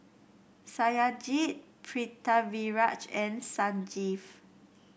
Satyajit Pritiviraj and Sanjeev